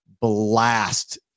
blast